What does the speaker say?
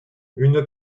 une